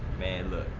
man look,